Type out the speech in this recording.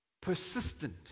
persistent